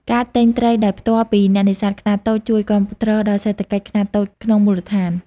ការទិញត្រីដោយផ្ទាល់ពីអ្នកនេសាទខ្នាតតូចជួយ គាំទ្រ ដល់សេដ្ឋកិច្ចខ្នាតតូចក្នុងមូលដ្ឋាន។